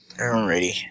Alrighty